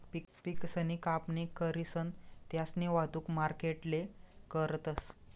पिकसनी कापणी करीसन त्यास्नी वाहतुक मार्केटले करतस